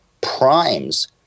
primes